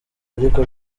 ariko